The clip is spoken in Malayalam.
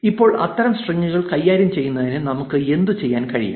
ഇപ്പോൾ അത്തരം സ്ട്രിംഗുകൾ കൈകാര്യം ചെയ്യുന്നതിന് നമുക്ക് എന്തുചെയ്യാൻ കഴിയും